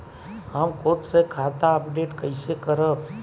हम खुद से खाता अपडेट कइसे करब?